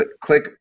Click